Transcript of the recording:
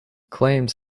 claims